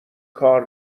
کار